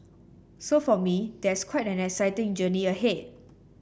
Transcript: so for me there's quite an exciting journey ahead